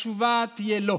התשובה תהיה לא.